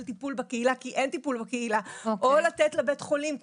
טיפול בקהילה כי אין טיפול בקהילה או לתת לבית חולים,